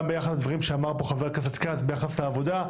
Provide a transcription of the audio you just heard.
ביחס לדברים שאמר פה חבר הכנסת כץ ביחס לעבודה,